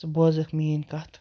ژٕ بوزکھ میٲنۍ کَتھ